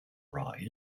rise